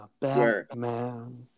Batman